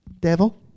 devil